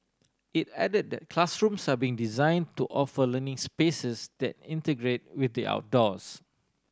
it added that classrooms are being design to offer learning spaces that integrate with the outdoors